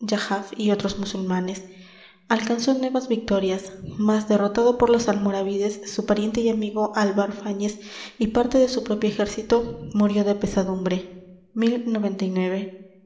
y otros musulmanes alcanzó nuevas victorias mas derrotado por los almoravides su pariente y amigo álvar fáñez y parte de su propio ejército murió de pesadumbre